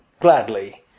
gladly